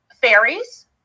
fairies